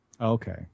Okay